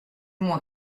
moi